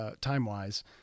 time-wise